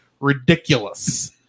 ridiculous